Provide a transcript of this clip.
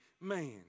man